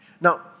Now